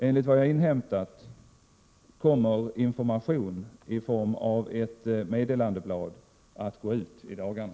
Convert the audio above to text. Enligt vad jag inhämtat kommer information i form av ett meddelandeblad att gå ut i dagarna.